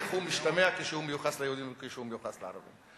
איך הוא משתמע כשהוא מיוחס ליהודים וכשהוא מיוחס לערבים.